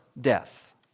death